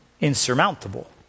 insurmountable